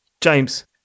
James